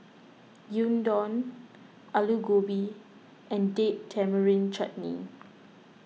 Gyudon Alu Gobi and Date Tamarind Chutney